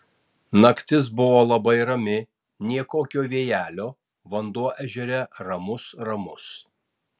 naktis buvo labai rami nė kokio vėjelio vanduo ežere ramus ramus